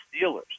Steelers